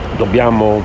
dobbiamo